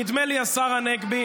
נדמה לי, השר הנגבי,